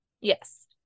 yes